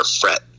fret